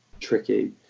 tricky